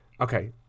Okay